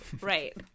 right